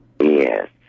Yes